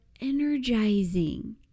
energizing